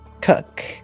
cook